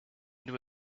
into